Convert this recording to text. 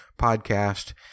podcast